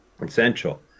essential